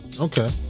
Okay